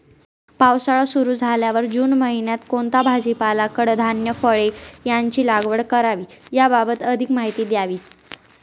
पावसाळा सुरु झाल्यावर जून महिन्यात कोणता भाजीपाला, कडधान्य, फळे यांची लागवड करावी याबाबत अधिक माहिती द्यावी?